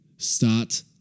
Start